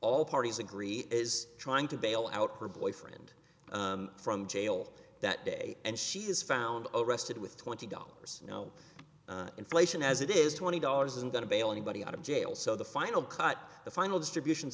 all parties agree is trying to bail out her boyfriend from jail that day and she is found arrested with twenty dollars you know inflation as it is twenty dollars isn't going to bail anybody out of jail so the final cut the final distributions